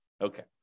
Okay